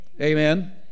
Amen